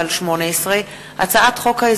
פ/2377/18 וכלה בהצעת חוק פ/2391/18,